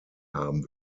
haben